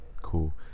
cool